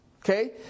Okay